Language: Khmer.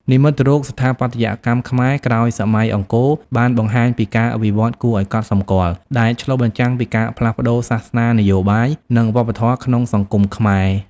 និមិត្តរូបស្ថាបត្យកម្មខ្មែរក្រោយសម័យអង្គរបានបង្ហាញពីការវិវឌ្ឍគួរឱ្យកត់សម្គាល់ ដែលឆ្លុះបញ្ចាំងពីការផ្លាស់ប្តូរសាសនា នយោបាយ និងវប្បធម៌ក្នុងសង្គមខ្មែរ។